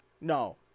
no